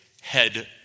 head